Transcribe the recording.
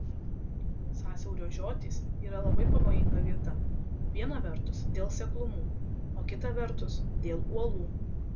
sąsiaurio žiotys yra labai pavojinga vieta viena vertus dėl seklumų o kita vertus dėl uolų